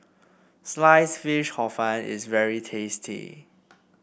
slice fish Hor Fun is very tasty